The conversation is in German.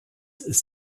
ist